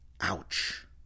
Ouch